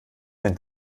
ein